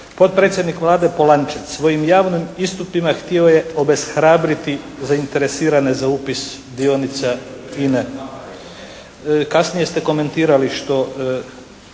"Potpredsjednik Vlade Polančec svojim javnim istupima htio je obeshrabriti zainteresirane za upis dionica INA-e.". Kasnije ste komentirali što